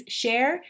share